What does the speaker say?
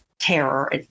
terror